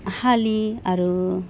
हालि आरो